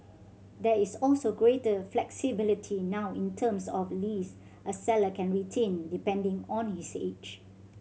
there is also greater flexibility now in terms of lease a seller can retain depending on his age